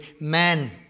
men